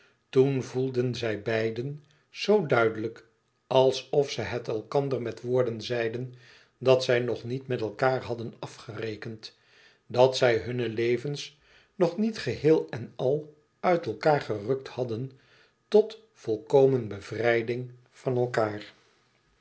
toen voelden zij beiden zoo duidelijk alsof ze het elkander met woorden zeiden dat zij nog niet met elkaâr hadden afgerekend dat zij hunne levens nog niet geheel en al uit elkaâr gerukt hadden tot volkomen bevrijding van elkaâr